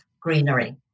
greenery